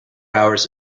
hours